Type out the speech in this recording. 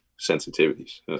sensitivities